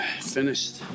finished